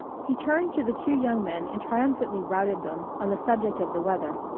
he turned to the two young men and triumphantly routed them on the subject of the weather.